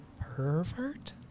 pervert